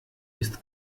ist